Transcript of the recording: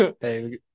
Hey